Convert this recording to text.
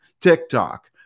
TikTok